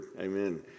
Amen